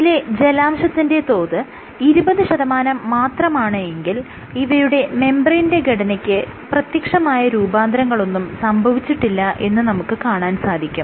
ഇതിലെ ജലാംശത്തിന്റെ തോത് ഇരുപത് ശതമാനം മാത്രമാണ് എങ്കിൽ ഇവയുടെ മെംബ്രേയ്നിന്റെ ഘടനയ്ക്ക് പ്രത്യക്ഷമായ രൂപാന്തരങ്ങളൊന്നും സംഭവിച്ചിട്ടില്ല എന്ന് നമുക്ക് കാണാൻ സാധിക്കും